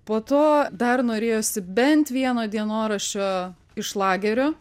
po to dar norėjosi bent vieno dienoraščio iš lagerio